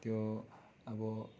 त्यो अब